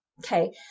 Okay